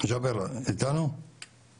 אני